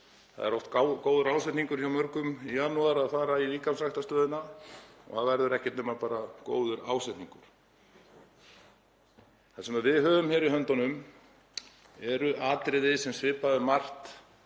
Það er oft góður ásetningur hjá mörgum í janúar að fara í líkamsræktarstöðina en það verður ekkert annað en góður ásetningur. Það sem við höfum hér í höndunum eru atriði sem svipar um margt